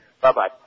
Bye-bye